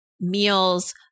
meals